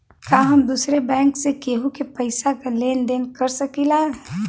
का हम दूसरे बैंक से केहू के पैसा क लेन देन कर सकिला?